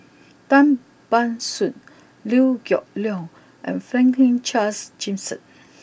Tan Ban Soon Liew Geok Leong and Franklin Charles Gimson